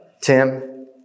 Tim